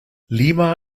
lima